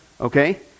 Okay